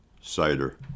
cider